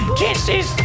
kisses